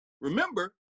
remember